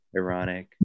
ironic